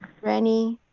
rennie,